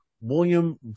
William